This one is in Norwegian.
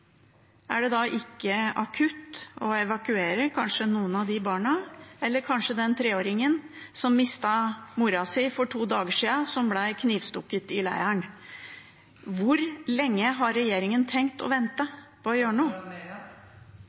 Er det da ikke akutt å evakuere kanskje noen av de barna eller kanskje den treåringen som mistet moren sin, som ble knivstukket i leiren, for to dager siden? Hvor lenge har regjeringen tenkt å vente med å gjøre noe?